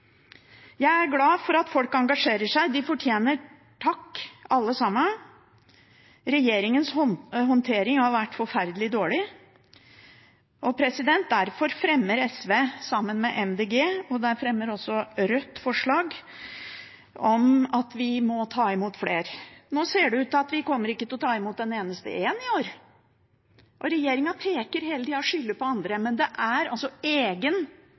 jeg bare lover dere. Jeg er glad for at folk engasjerer seg. De fortjener takk, alle sammen. Regjeringens håndtering har vært forferdelig dårlig. Derfor fremmer SV, sammen med Miljøpartiet De Grønne, forslag om at vi må ta imot flere. Nå ser det ut til at vi ikke kommer til å ta imot en eneste en i år, og regjeringen peker hele tida på og skylder på andre. Men det er altså deres egen